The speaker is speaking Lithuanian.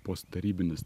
post tarybinis